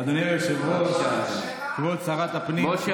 אדוני היושב-ראש, כבוד שרת הפנים, מה, שלה?